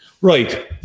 Right